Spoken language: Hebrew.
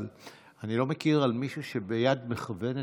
אבל אני לא מכיר מישהו שביד בכוונת,